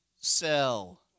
sell